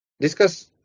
discuss